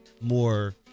more